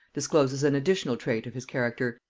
discloses an additional trait of his character,